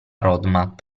roadmap